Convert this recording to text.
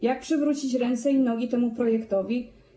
Jak przywrócić ręce i nogi temu projektowi?